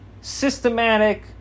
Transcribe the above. Systematic